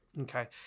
Okay